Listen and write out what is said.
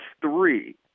three